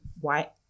white